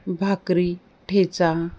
भाकरी ठेचा